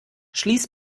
schließ